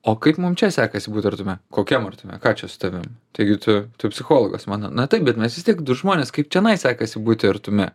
o kaip mum čia sekasi būti artume kokiam artume ką čia su tavim taigi tu tu psichologas mano na taip bet mes vis tiek du žmonės kaip čionais sekasi būti artume